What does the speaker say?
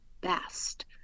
best